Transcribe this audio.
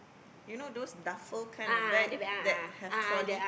you know those Duffel kind of bag that have trolley